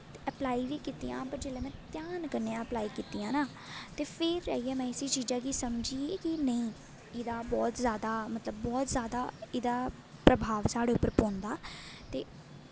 apply बी कीतियां पर जिसलै में ध्यान लाइयै कीतियां ना फिर जाइयै में समझी कि नेईं एह्दा बौह्त जैदा प्रभाव साढ़े पर पौंदा ते